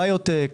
ביו טק,